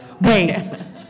Wait